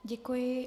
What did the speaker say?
Děkuji.